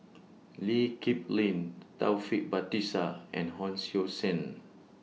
Lee Kip Lin Taufik Batisah and Hon Sui Sen